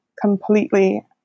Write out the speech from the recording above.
completely